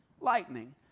lightning